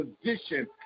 position